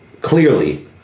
clearly